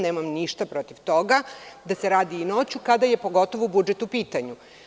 Nemam ništa protiv toga da se radi i noću, kada je pogotovo budžet u pitanju.